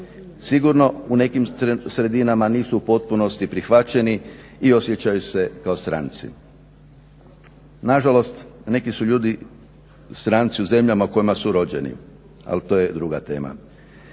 Sigurno u nekim sredinama nisu u potpunosti prihvaćeni i osjećaju se kao stranci. Nažalost, neki su ljudi stranci u zemljama u kojima su rođeni, ali to je druga tema.